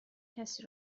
کسی